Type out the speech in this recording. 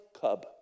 cub